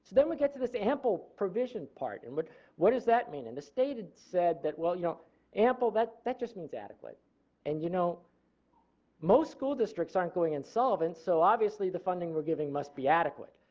then we get to this ample provision part and what what does that mean? and the state had said well you know ample that that just means adequate and you know most school districts aren't going insolvent so obviously the funding we are giving must be adequate.